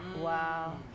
Wow